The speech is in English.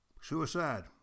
Suicide